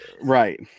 Right